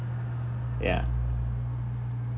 ya